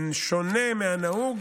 בשונה מהנהוג,